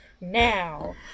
now